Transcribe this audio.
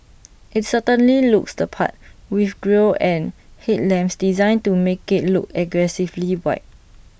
IT certainly looks the part with grille and headlamps designed to make IT look aggressively wide